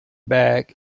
back